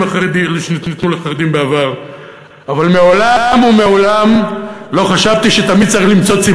הזה או עושות את השירות המקוצר שלהן,